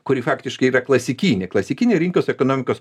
kuri faktiškai yra klasikinė klasikinė rinkos ekonomikos